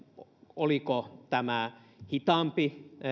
oliko tämä hitaampi